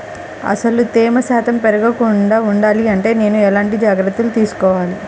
అసలు తేమ శాతం పెరగకుండా వుండాలి అంటే నేను ఎలాంటి జాగ్రత్తలు తీసుకోవాలి?